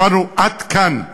אמרנו, עד כאן,